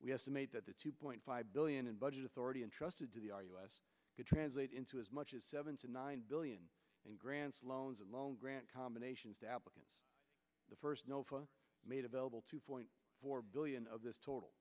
we estimate that the two point five billion in budget authority entrusted to the us could translate into as much as seventy nine billion in grants loans and loan grant combinations to applicants the first made available two point four billion of th